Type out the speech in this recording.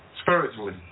Spiritually